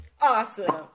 awesome